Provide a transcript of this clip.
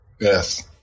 Yes